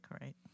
right